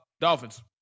Dolphins